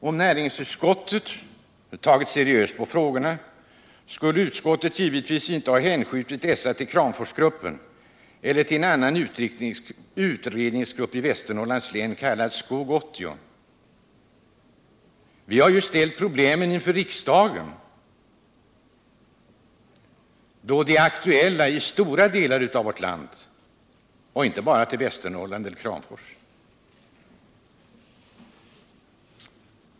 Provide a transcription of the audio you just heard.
Om näringsutskottet hade tagit seriöst på frågorna, skulle det givetvis inte ha hänskjutit dem till Kramforsgruppen eller till en annan utredningsgrupp i Västernorrlands län, kallad Skog 80. Vi har tagit upp problemen i riksdagen, därför att de är aktuella i stora delar av vårt land och inte bara i Västernorrland eller Kramfors.